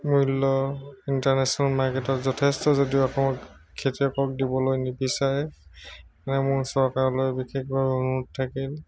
মূল্য ইণ্টাৰনেশ্যনেল মাৰ্কেটত যথেষ্ট যদিও খেতিয়কক দিবলৈ নিবিচাৰে সেইকাৰণে মোৰ চৰকাৰলৈ বিশেষভাৱে অনুৰোধ থাকিল